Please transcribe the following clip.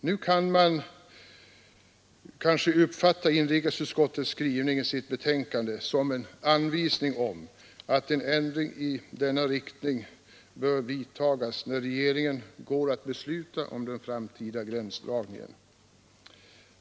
Nu kan man kanske uppfatta inrikesutskottets skrivning i dess betänkande som en anvisning om att en ändring i denna riktning bör vidtas, när regeringen går att besluta om den framtida gränsdragningen.